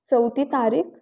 चौथी तारीख